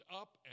up